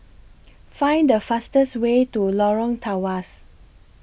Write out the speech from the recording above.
Find The fastest Way to Lorong Tawas